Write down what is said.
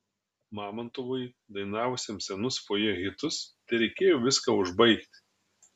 mamontovui dainavusiam senus fojė hitus tereikėjo viską užbaigti